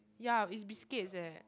ya it's biscuits leh